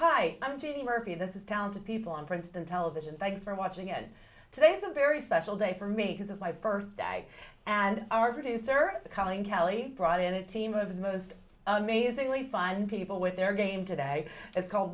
hi i'm gene murphy this is talented people on princeton television thanks for watching it today is a very special day for me because it's my birthday and our producer colleen kelly brought in a team of the most amazingly fun people with their game today it's called